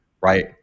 right